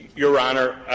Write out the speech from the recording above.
your honor,